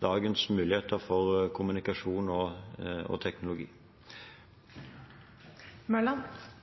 dagens muligheter for kommunikasjon og teknologi. Jeg takker for svaret, men jeg håper at statsråden er oppmerksom og